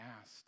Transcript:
asked